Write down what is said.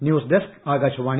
news desk Akashvani